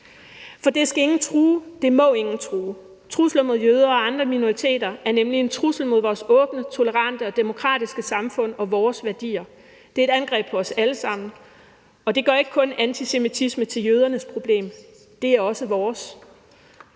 For det skal ingen true – det må ingen true. Trusler mod jøder og andre minoriteter er nemlig en trussel mod vores åbne, tolerante og demokratiske samfund og vores værdier. Det er et angreb på os alle sammen, og det gør ikke kun antisemitisme til jødernes problem. Det er også vores.